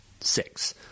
Six